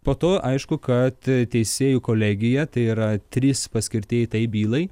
po to aišku kad teisėjų kolegija tai yra trys paskirtieji tai bylai